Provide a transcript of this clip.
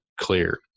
clear